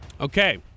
Okay